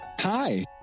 Hi